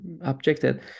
Objected